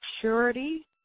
purity